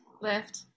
Lift